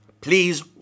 please